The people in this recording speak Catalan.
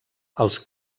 els